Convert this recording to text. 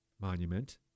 monument